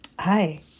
Hi